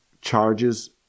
charges